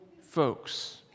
folks